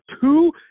two